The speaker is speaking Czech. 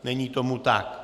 Není tomu tak.